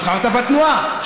נבחרת בתנועה,